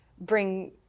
bring